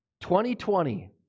2020